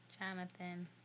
Jonathan